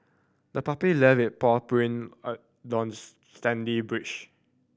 the puppy leave it paw print on sandy